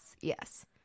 yes